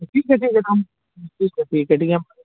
اِسی پیسے سے ہم ٹھیک ہے ٹھیک ہے ہم